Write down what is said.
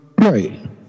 Right